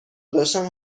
داشتم